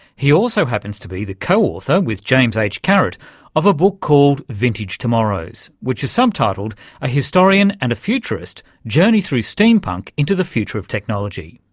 he also happens to be the co-author, with james h carrott of a book called vintage tomorrows, which is subtitled a historian and a futurist journey through steampunk into the future of technology.